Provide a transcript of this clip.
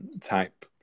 Type